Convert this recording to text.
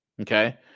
okay